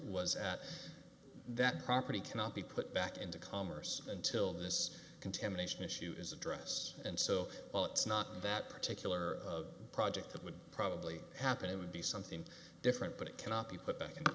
was at that property cannot be put back into commerce until this contamination issue is address and so while it's not that particular project that would probably happen it would be something different but it cannot be put back in